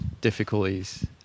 difficulties